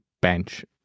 bench